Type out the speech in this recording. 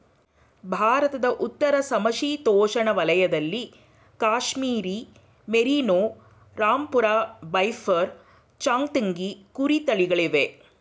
ಭಾರತದ ಉತ್ತರ ಸಮಶೀತೋಷ್ಣ ವಲಯದಲ್ಲಿ ಕಾಶ್ಮೀರಿ ಮೇರಿನೋ, ರಾಂಪುರ ಬಫೈರ್, ಚಾಂಗ್ತಂಗಿ ಕುರಿ ತಳಿಗಳಿವೆ